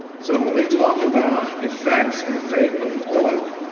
so when we talk about effects and fate of oil,